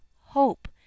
hope